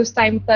time